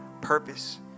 purpose